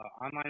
online